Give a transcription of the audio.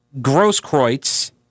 Grosskreutz